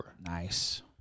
Nice